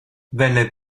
venne